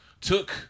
took